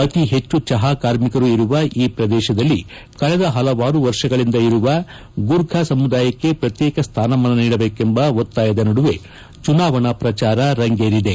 ಅತಿ ಹೆಚ್ಚು ಚಪಾ ಕಾರ್ಮಿಕರು ಇರುವ ಈ ಪ್ರದೇಶದಲ್ಲಿ ಕಳೆದ ಪಲವಾರು ವರ್ಷಗಳಿಂದ ಇರುವ ಗೂರ್ಖಾ ಸಮುದಾಯಕ್ಕೆ ಪ್ರತ್ನೇಕ ಸ್ಲಾನಮಾನ ನೀಡಬೇಕೆಂಬ ಒತ್ತಾಯದ ನಡುವೆ ಚುನಾವಣೆ ಪ್ರಚಾರ ರಂಗೇರಿದೆ